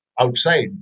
outside